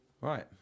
Right